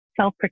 self